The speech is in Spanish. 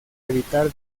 evitar